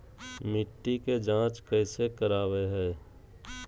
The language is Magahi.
मिट्टी के जांच कैसे करावय है?